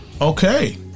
Okay